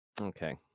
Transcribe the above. Okay